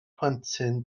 plentyn